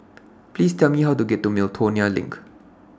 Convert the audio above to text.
Please Tell Me How to get to Miltonia LINK